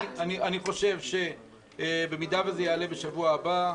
יחד עם זאת, אני חושב שבמידה וזה יעלה בשבוע הבא,